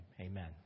Amen